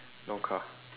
no car